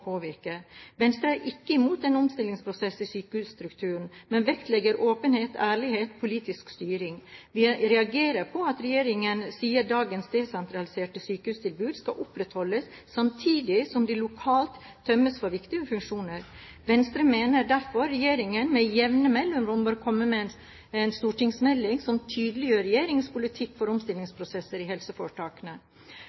Venstre er ikke imot en omstillingsprosess i sykehusstrukturen, men vektlegger åpenhet, ærlighet og politisk styring. Vi reagerer på at regjeringen sier at dagens desentraliserte sykehustilbud skal opprettholdes, samtidig som de lokalt tømmes for viktige funksjoner. Venstre mener derfor regjeringen med jevne mellomrom bør komme med en stortingsmelding som tydeliggjør regjeringens politikk for